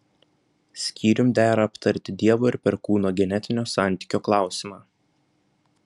skyrium dera aptarti dievo ir perkūno genetinio santykio klausimą